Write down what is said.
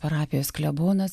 parapijos klebonas